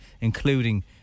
including